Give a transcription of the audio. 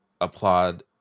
applaud